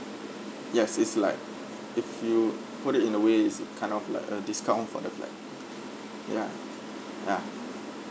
yes it's like if you put it in a way is it kind of like a discount for the flat ya ya